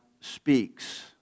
speaks